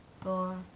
four